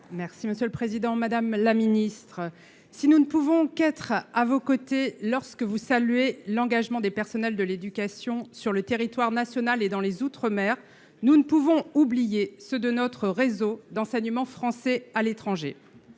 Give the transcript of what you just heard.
la ministre de l’éducation nationale, si nous ne pouvons qu’être à vos côtés lorsque vous saluez l’engagement des personnels de l’éducation sur le territoire hexagonal et dans les outre mer, nous ne pouvons oublier ceux de notre réseau d’enseignement français à l’étranger.